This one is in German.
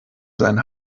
sein